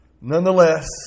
Nonetheless